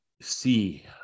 see